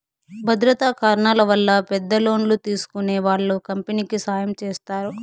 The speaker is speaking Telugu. భద్రతా కారణాల వల్ల పెద్ద లోన్లు తీసుకునే వాళ్ళు కంపెనీకి సాయం చేస్తారు